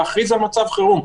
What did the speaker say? להכריז על מצב חירום".